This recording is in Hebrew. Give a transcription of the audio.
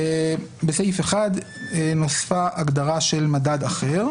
בסעיף 1 נוספה הגדרה של "מדד אחר",